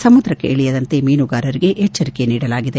ಸಮುದ್ರಕ್ಷಿಳಿಯದಂತೆ ಮೀನುಗಾರರಿಗೆ ಎಚ್ಚರಿಕೆ ನೀಡಲಾಗಿದೆ